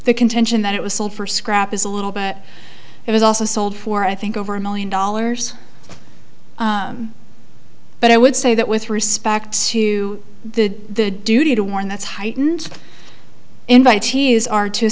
the contention that it was sold for scrap is a little but it was also sold for i think over a million dollars but i would say that with respect to the duty to warn that's heightened invitee is are to a